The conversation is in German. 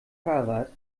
fahrrad